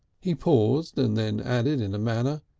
he paused, and then added in a manner,